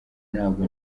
ntabwo